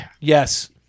Yes